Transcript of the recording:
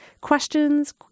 questions